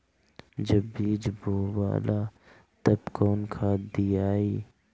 जब बीज बोवाला तब कौन खाद दियाई?